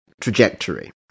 trajectory